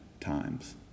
times